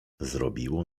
zrobiło